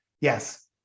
yes